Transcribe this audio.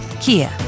Kia